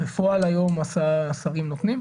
בפועל היום השרים נותנים?